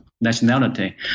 nationality